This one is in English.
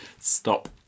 stop